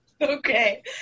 Okay